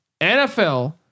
NFL